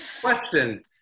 question